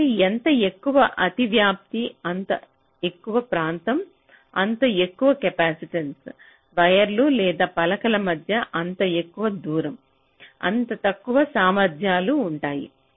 కాబట్టి ఎంత ఎక్కువ అతివ్యాప్తి అంత ఎక్కువ ప్రాంతం అంత ఎక్కువ కెపాసిటెన్స వైర్లు లేదా పలకల మధ్య అంత ఎక్కువ దూరం అంత తక్కువ సామర్థ్యాలు ఉంటాయి